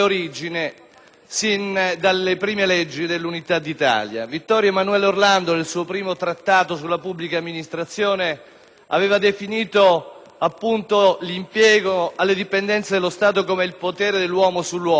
sin dalle prime leggi dell'Unità d'Italia. Vittorio Emanuele Orlando, nel suo primo trattato sulla pubblica amministrazione, aveva definito l'impiego alle dipendenze dello Stato come il potere dell'uomo sull'uomo.